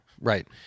Right